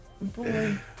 boy